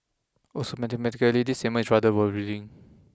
also mathematically this statement is rather worrying